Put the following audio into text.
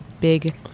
big